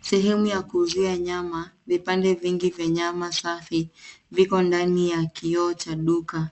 Sehemu ya kuuzia nyama. Vipande vingi vya nyama safi viko ndani ya kioo cha duka.